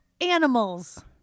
animals